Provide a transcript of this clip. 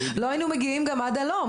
אנחנו לא היינו מגיעים גם על הלום.